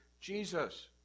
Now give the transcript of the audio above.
Jesus